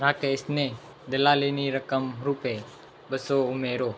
રાકેશને દલાલીની રકમ રૂપે બસો ઉમેરો